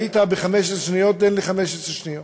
היית ב-15 שניות, תן לי 15 שניות.